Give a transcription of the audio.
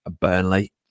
Burnley